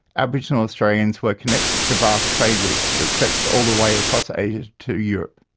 aboriginal australians were connected to vast trade routes that stretched all the way across asia to europe.